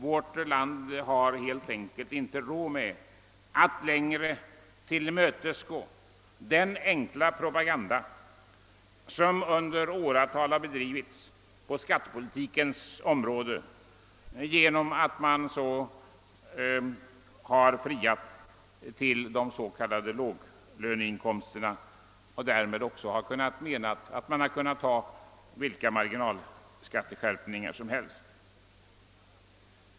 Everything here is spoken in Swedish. Vårt land har inte råd att längre tillmötesgå den enkla propaganda som i åratal har bedrivits på skattepolitikens område, i det att man har friat till s.k. låglönegrupperna och menat att vilka marginalskatteskärpningar som helst skulle kunna godtas.